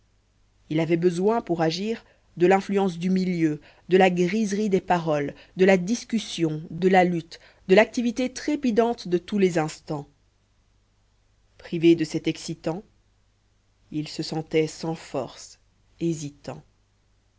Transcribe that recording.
il avait besoin pour agir de l'influence du milieu de la griserie des paroles de la discussion de la lutte de l'activité trépidante de tous les instants privé de cet excitant il se sentait sans force hésitant